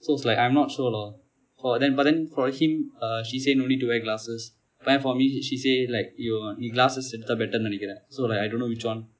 so it's like I'm not sure lah how then but then for him uh she say no need to wear glasses but then for me she say like you நீ:nee glasses எடுத்தா:eduthaa better நினைக்கிறேன்:ninaikiren so like I don't know which one